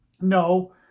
No